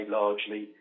largely